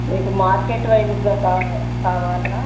మీకు మార్కెట్ వైస్గా కావాలా